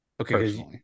Okay